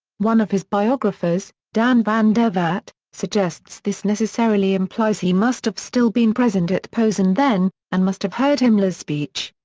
one of his biographers, dan van der vat, suggests this necessarily implies he must have still been present at posen then, and must have heard himmler's speech.